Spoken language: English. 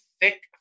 thick